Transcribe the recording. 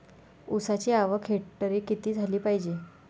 ऊसाची आवक हेक्टरी किती झाली पायजे?